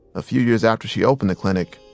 a few years after she opened the clinic,